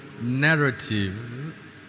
narrative